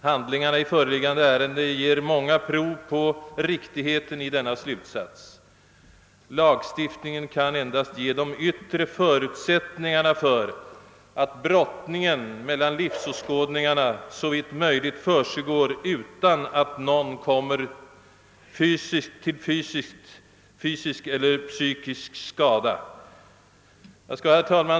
Handlingarna i föreliggande ärende ger många prov på riktigheten i denna slutsats. Lagstiftningen kan endast ge de yttre förutsättningarna för att brottningen mellan livsåskådningarna såvitt möjligt försiggår utan att någon kommer fysiskt eller psykiskt till skada.